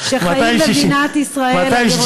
שחיים במדינת ישראל, התודה היא כפולה עכשיו.